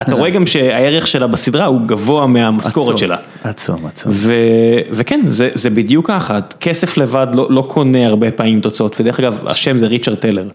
אתה רואה גם שהערך שלה בסדרה הוא גבוה מהמשכורת שלה. עצום, עצום. וכן, זה בדיוק ככה, כסף לבד לא קונה הרבה פעמים תוצאות, ודרך אגב השם זה ריצ'ר טלר.